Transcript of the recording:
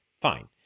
fine